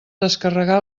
descarregar